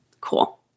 cool